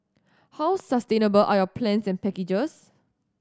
how sustainable are your plans and packages